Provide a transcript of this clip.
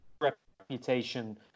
reputation